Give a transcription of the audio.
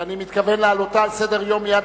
שאני מתכוון להעלותה על סדר-היום מייד